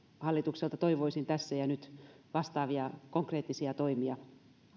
hallitukselta toivoisin tässä ja nyt vastaavia konkreettisia toimia